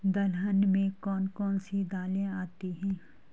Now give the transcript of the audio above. दलहन में कौन कौन सी दालें आती हैं?